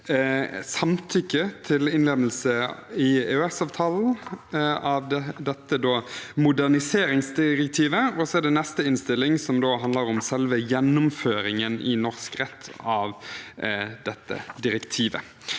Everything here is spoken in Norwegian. samtykke til innlemmelse i EØSavtalen av moderniseringsdirektivet, og den neste handler om selve gjennomføringen i norsk rett av dette direktivet.